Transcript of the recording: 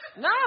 No